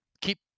Keep